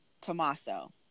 Tommaso